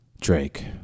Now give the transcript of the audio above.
Drake